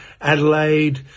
Adelaide